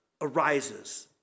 arises